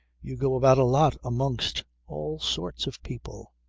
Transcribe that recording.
you go about a lot amongst all sorts of people.